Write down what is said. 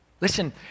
Listen